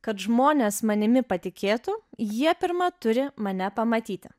kad žmonės manimi patikėtų jie pirma turi mane pamatyti